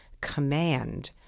command